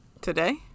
today